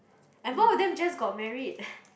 and both of them just got married